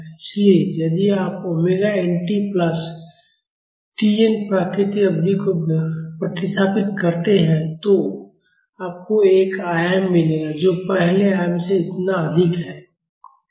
इसलिए यदि आप ओमेगा nt प्लस Tn प्राकृतिक अवधि को प्रतिस्थापित करते हैं तो आपको एक आयाम मिलेगा जो पहले आयाम से इतना अधिक है